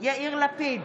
יאיר לפיד,